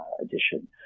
edition